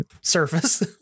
surface